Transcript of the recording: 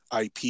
IP